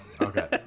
Okay